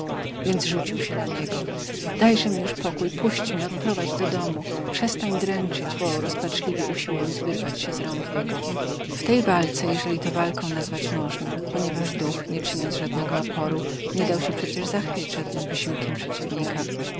więc rzucił się na niego dajże mi już pokój puść mnie odprowadź do domu przestań dręczyć wołał rozpaczliwie usiłując wyrwać się z rąk jego w tej walce jeżeli to walką nazwać można ponieważ duch nie czyniąc żadnego oporu nie dał się przecież zachwiać żadnym wysiłkiem przeciwnika